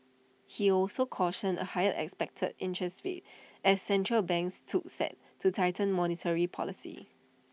he also cautioned of higher expected interest rates as central banks took set to tighten monetary policy